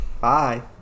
Bye